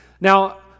Now